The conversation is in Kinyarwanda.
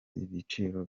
ibiciro